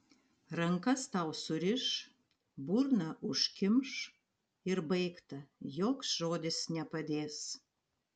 rankas tau suriš burną užkimš ir baigta joks žodis nepadės